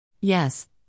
Yes